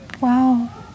Wow